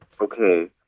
okay